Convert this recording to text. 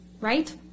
right